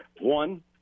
one